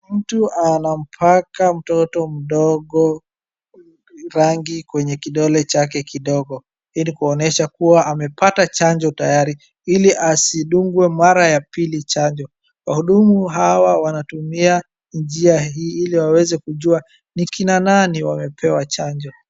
Mtu anampaka mtoto mdogo rangi kwenye kidole chake kidogo iilikuonesha kuwa amepata chanjo tayari ili asidungwe mara ya pili chanjo. Wahudumu hawa wanatumia njia hii iliwaweze kujua ni kina nani wamepewa chanjo.